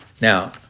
Now